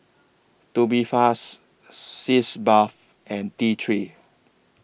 Tubifast Sitz Bath and T three